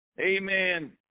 amen